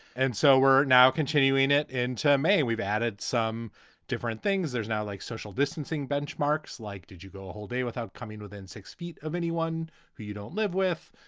and so we're now continuing it in termeh. and we've added some different things. there's now like social distancing benchmarks, like, did you go a whole day without coming within six feet of anyone who you don't live with?